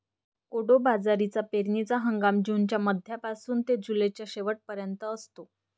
कोडो बाजरीचा पेरणीचा हंगाम जूनच्या मध्यापासून ते जुलैच्या शेवट पर्यंत असतो